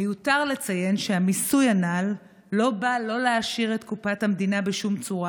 מיותר לציין שהמיסוי הנ"ל לא בא להעשיר את קופת המדינה בשום צורה,